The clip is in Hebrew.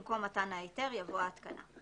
במקום "מתן ההיתר" יבוא "ההתקנה".